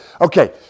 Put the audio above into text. Okay